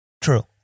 True